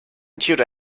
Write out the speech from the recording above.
tudor